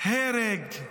הרג,